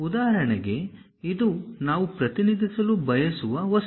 ಉದಾಹರಣೆಗೆ ಇದು ನಾವು ಪ್ರತಿನಿಧಿಸಲು ಬಯಸುವ ವಸ್ತು